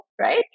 right